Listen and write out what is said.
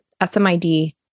SMID